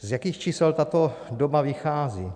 Z jakých čísel tato doba vychází?